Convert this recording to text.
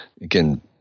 again